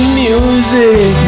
music